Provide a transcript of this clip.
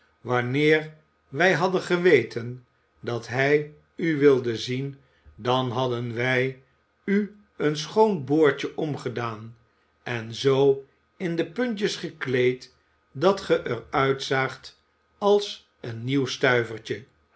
wanneer wij hadden geweten dat hij u wilde zien dan hadden wij u een schoon boordje omgedaan en zoo in de puntjes gekleed dat ge er uitzaagt als een